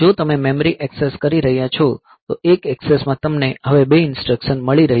જો તમે memory access કરી રહ્યાં છો તો એક ઍક્સેસમાં તમને હવે બે ઈન્સ્ટ્રકશન મળી રહી છે